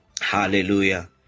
Hallelujah